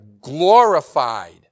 glorified